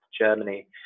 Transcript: Germany